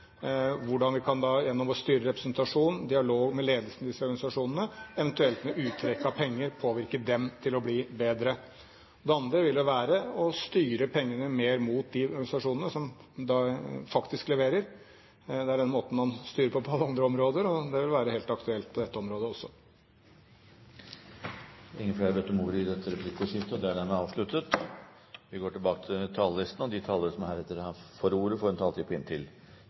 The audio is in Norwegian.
hvordan vi da gjennom vår styrerepresentasjon, dialog med ledelsen i disse organisasjonene, eventuelt med uttrekk av penger, kan påvirke dem til å bli bedre. Det andre ville være å styre pengene mer mot de organisasjonene som faktisk leverer. Det er på den måten man styrer på alle andre områder, og det ville være helt aktuelt på dette området også. Replikkordskiftet er over. De talere som heretter får ordet, har en taletid på inntil 3 minutter. Jeg vil først få lov til å si at vi er godt fornøyd med måten våre forslag er behandlet på